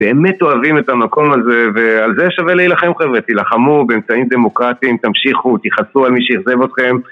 באמת אוהבים את המקום הזה, ועל זה שווה להילחם חבר׳ה, תילחמו באמצעים דמוקרטיים, תמשיכו, תכעסו על מי שאכזב אתכם...